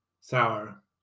sour